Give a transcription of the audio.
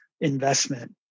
investment